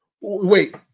Wait